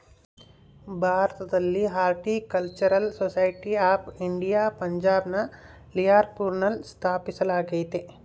ಭಾರತದಲ್ಲಿ horticultural society of India ಪಂಜಾಬ್ನ ಲಿಯಾಲ್ಪುರ್ನಲ್ಲ ಸ್ಥಾಪಿಸಲಾಗ್ಯತೆ